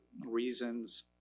reasons